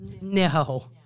No